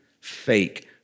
fake